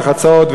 מרחצאות,